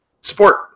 support